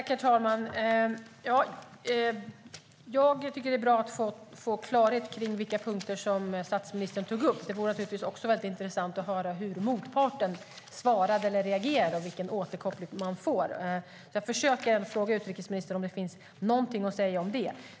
Herr talman! Jag tycker att det är bra att få klarhet i vilka punkter som statsministern tog upp. Det vore naturligtvis också väldigt intressant att få höra hur motparten svarade eller reagerade och vilken återkoppling man fick. Jag försöker fråga utrikesministern om det finns någonting att säga om det.